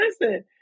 listen